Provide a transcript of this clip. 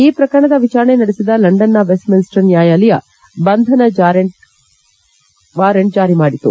ಈ ಪ್ರಕರಣದ ವಿಚಾರಣೆ ನಡೆಸಿದ ಲಂಡನ್ನಿನ ವೆಸ್ಟ್ ಮಿನ್ಸ್ಟರ್ ನ್ಯಾಯಾಲಯ ಬಂಧನ ವಾರಂಟ್ ಜಾರಿ ಮಾಡಿತು